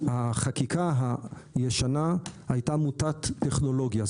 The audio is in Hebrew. כי החקיקה הישנה הייתה מוטת טכנולוגיה.